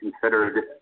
considered